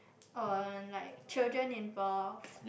or like children involve